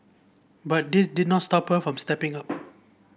but this did not stop her from stepping up